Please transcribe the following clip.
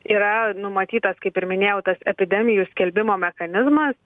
yra numatytas kaip ir minėjau tas epidemijų skelbimo mechanizmas